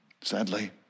sadly